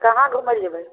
कहाँ घुमै लै जेबै